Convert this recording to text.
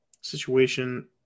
situation